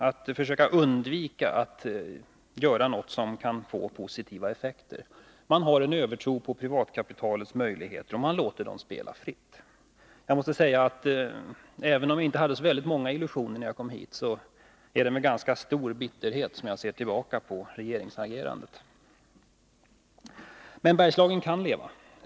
De har försökt undvika att göra något som kan få positiva effekter. Man har en övertro på privatkapitalets möjligheter, och man låter det spela fritt. Jag måste säga att även om jag inte hade så väldigt många illusioner när jag kom hit, är det med ganska stor bitterhet jag ser tillbaka på regeringsagerandet. Men Bergslagen kan leva.